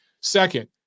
Second